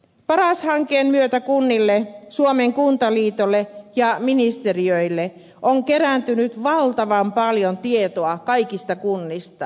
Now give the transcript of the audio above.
paras hankkeen myötä kunnille suomen kuntaliitolle ja ministeriöille on kerääntynyt valtavan paljon tietoa kaikista kunnista